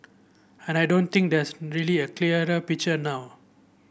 and I don't think there's a really clearer picture now